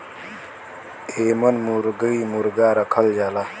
एमन मुरगी मुरगा रखल जाला